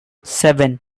seven